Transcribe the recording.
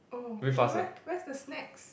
oh then where where's the snacks